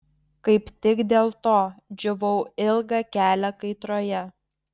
kaip tik dėl to džiūvau ilgą kelią kaitroje